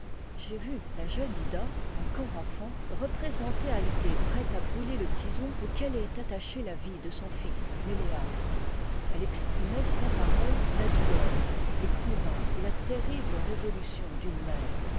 j'ai vu la jeune ida encore enfant représenter atthée prête à brûler le tison auquel est attachée la vie de son fils météagre elle exprimait sans paroles la douleur les combats et la terrible résolution d'une mère